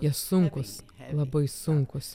jie sunkūs labai sunkūs